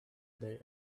day